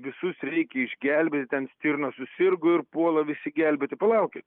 visus reikia išgelbėt ten stirna susirgo ir puola visi gelbėti palaukit